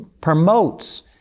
Promotes